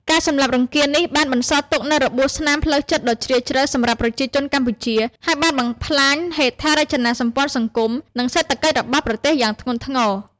ការសម្លាប់រង្គាលនេះបានបន្សល់ទុកនូវរបួសស្នាមផ្លូវចិត្តដ៏ជ្រាលជ្រៅសម្រាប់ប្រជាជនកម្ពុជា ហើយបានបំផ្លាញហេដ្ឋារចនាសម្ព័ន្ធសង្គម និងសេដ្ឋកិច្ចរបស់ប្រទេសយ៉ាងធ្ងន់ធ្ងរ។